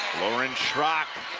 lauren schrock